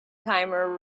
khmer